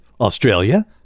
Australia